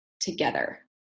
together